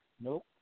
Nope